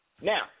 Now